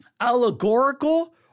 allegorical